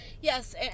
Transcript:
Yes